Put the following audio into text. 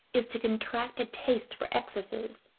is to contract a taste for excesses,